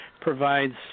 provides